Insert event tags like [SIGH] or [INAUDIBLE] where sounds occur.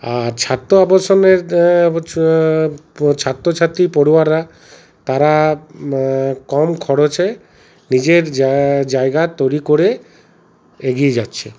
আর ছাত্র আবাসনের [UNINTELLIGIBLE] ছাত্রছাত্রী পড়ুয়ারা তারা কম খরচে নিজের জায়গা তৈরি করে এগিয়ে যাচ্ছে